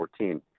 2014